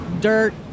dirt